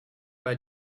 bei